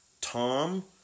Tom